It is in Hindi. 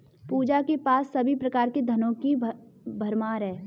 पूजा के पास सभी प्रकार के धनों की भरमार है